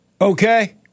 Okay